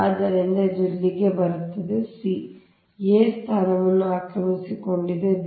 ಆದ್ದರಿಂದ ಇದು ಇಲ್ಲಿಗೆ ಬರುತ್ತಿದೆ c a ಸ್ಥಾನವನ್ನು ಆಕ್ರಮಿಸಿಕೊಂಡಿದೆ b